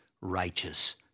righteous